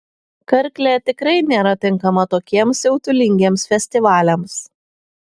karklė tikrai nėra tinkama tokiems siautulingiems festivaliams